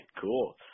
cool